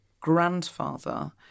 grandfather